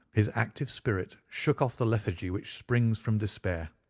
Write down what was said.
his active spirit shook off the lethargy which springs from despair.